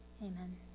Amen